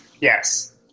yes